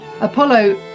Apollo